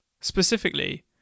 Specifically